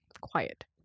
quiet